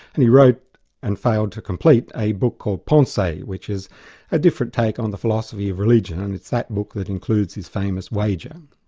and he wrote and failed to complete a book called pensees which is a different take on the philosophy of religion. and it's that book that includes his famous wager.